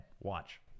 Watch